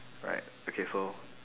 right okay so